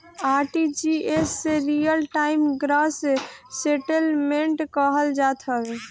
RTGS के real time gross settlement कहल जात हवे